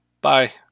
Bye